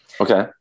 Okay